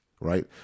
right